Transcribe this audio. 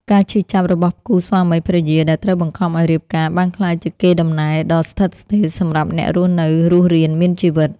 ការឈឺចាប់របស់គូស្វាមីភរិយាដែលត្រូវបង្ខំឱ្យរៀបការបានក្លាយជាកេរដំណែលដ៏ស្ថិតស្ថេរសម្រាប់អ្នកនៅរស់រានមានជីវិត។